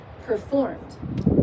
performed